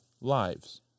lives